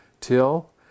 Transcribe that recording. till